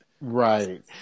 Right